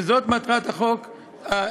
זו מטרתה של הצעת החוק הממשלתית.